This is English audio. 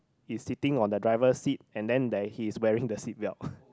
is sitting on the driver seat and then there he is wearing the seat belt